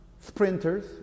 sprinters